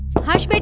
harsh! but